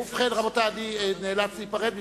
ובכן, רבותי, אני נאלץ להיפרד מכם.